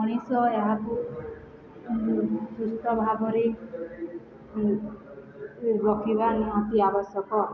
ମଣିଷ ଏହାକୁ ସୁସ୍ଥ ଭାବରେ ରଖିବା ନିହାତି ଆବଶ୍ୟକ